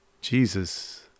Jesus